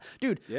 dude